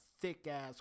thick-ass